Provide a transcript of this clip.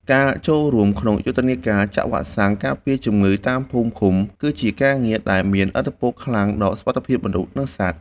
ការចូលរួមក្នុងយុទ្ធនាការចាក់វ៉ាក់សាំងការពារជំងឺតាមភូមិឃុំ គឺជាការងារដែលមានឥទ្ធិពលខ្លាំងដល់សុវត្ថិភាពមនុស្ស និងសត្វ។